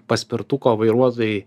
paspirtuko vairuotojai